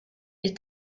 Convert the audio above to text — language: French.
ils